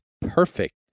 perfect